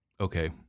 Okay